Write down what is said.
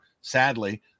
sadly –